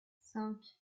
cinq